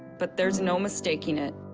but there's no mistaking it.